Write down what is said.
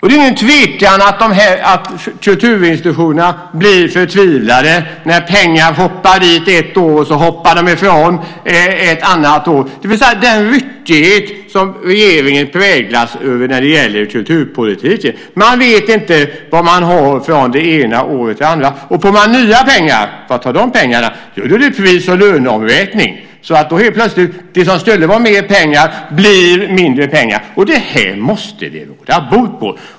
Det är ingen tvekan om att kulturinstitutionerna blir förtvivlade när pengarna hoppar fram ett år och hoppar bort ett annat år, det vill säga den ryckighet som regeringen präglas av när det gäller kulturpolitiken. Man vet inte vad man har från det ena året till det andra. Och när det gäller de nya pengarna så blir det pris och löneomräkning, så det som skulle vara mer pengar plötsligt blir mindre pengar. Det här måste vi råda bot på.